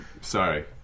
Sorry